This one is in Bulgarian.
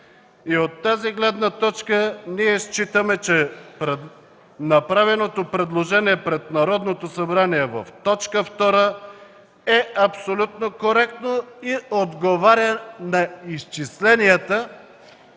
От тази гледна точка считаме, че направеното предложение пред Народното събрание в т. 2 е абсолютно коректно и отговаря на изчисленията,